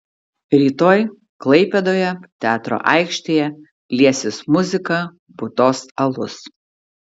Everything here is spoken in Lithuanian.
rytoj klaipėdoje teatro aikštėje liesis muzika putos alus